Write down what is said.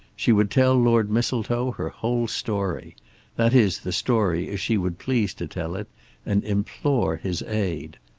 she would tell lord mistletoe her whole story that is the story as she would please to tell it and implore his aid.